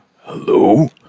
Hello